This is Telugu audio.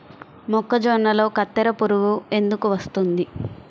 మొక్కజొన్నలో కత్తెర పురుగు ఎందుకు వస్తుంది?